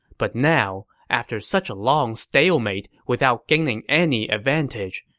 but now, after such a long stalemate without gaining any advantage,